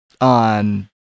on